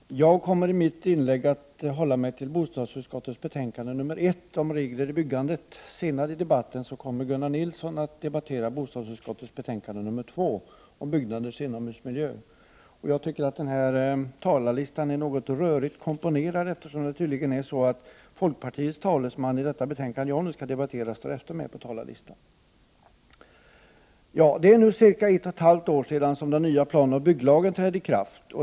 Herr talman! Jag kommer i mitt inlägg att beröra bostadsutskottets betänkande nr 1 om regler för byggandet. Senare i debatten kommer Gunnar Nilsson att beröra bostadsutskottets betänkande nr 2, om byggnaders inomhusmiljö. Jag tycker att talarlistan är något rörigt komponerad. Folkpartiets talesman i betänkandet, vilken jag skall debattera med, står efter mig på talarlistan. Det är nu cirka ett och ett halvt år sedan den nya planoch bygglagen trädde i kraft.